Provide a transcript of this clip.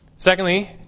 Secondly